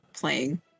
playing